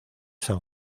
san